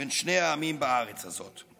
בין שני העמים בארץ הזאת.